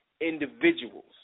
individuals